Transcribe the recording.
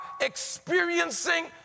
experiencing